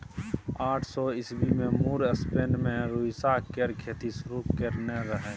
आठ सय ईस्बी मे मुर स्पेन मे रुइया केर खेती शुरु करेने रहय